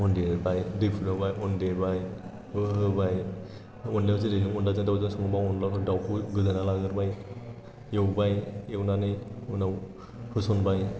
अन देबाय दै फुदुंबाय अन देबाय होहोबाय अनलायाव जेरै नों अनलाजों दाउजों सङोबा अनलाखौ दाउखौ गोदानानै लाग्रोबाय एवबाय एवनानै उनाव होसनबाय